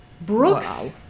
Brooks